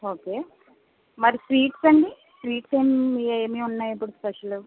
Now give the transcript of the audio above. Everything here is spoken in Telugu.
ఓకే మరి స్వీట్స్ అండి స్వీట్స్ ఏం ఎమ్ ఉన్నాయి ఇప్పుడు స్పెషలు